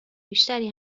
بیشتری